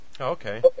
Okay